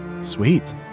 Sweet